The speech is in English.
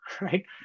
right